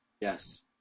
Yes